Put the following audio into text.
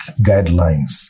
guidelines